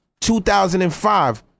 2005